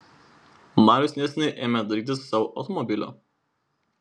marius neseniai ėmė dairytis sau automobilio